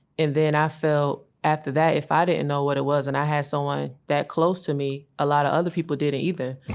and then i felt after that if i didn't know what it was and i had someone that close to me a lot of other people didn't either.